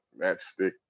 matchstick